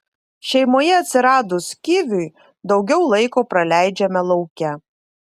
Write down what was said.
šeimoje atsiradus kiviui daugiau laiko praleidžiame lauke